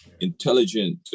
intelligent